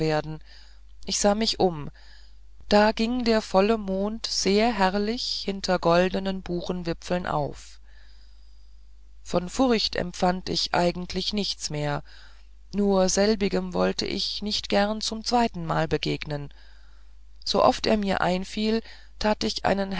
ich sah mich um da ging der volle mond sehr herrlich hinter goldnen buchenwipfeln auf von furcht empfand ich eigentlich nichts mehr nur selbigem wollt ich nicht gern zum zweitenmal begegnen sooft er mir einfiel tat ich einen